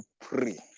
pre